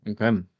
Okay